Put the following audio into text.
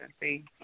see